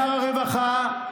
שר הרווחה,